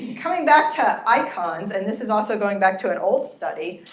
coming back to icons. and this is also going back to an old study.